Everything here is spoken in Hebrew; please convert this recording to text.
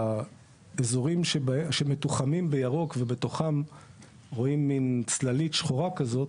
האזורים שמתוחמים בירוק ובתוכם רואים מן צללית שחורה כזאת,